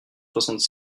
soixante